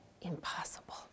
impossible